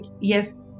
yes